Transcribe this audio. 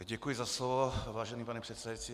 Děkuji za slovo, vážený pane předsedající.